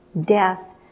death